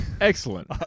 Excellent